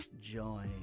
join